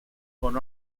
con